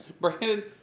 Brandon